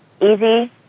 easy